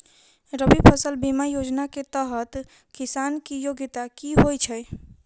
रबी फसल बीमा योजना केँ तहत किसान की योग्यता की होइ छै?